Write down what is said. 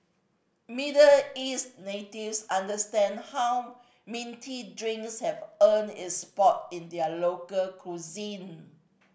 Middle East natives understand how minty drinks have earned its spot in their local cuisine